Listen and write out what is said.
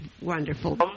wonderful